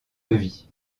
levis